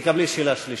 תקבלי שאלה שלישית.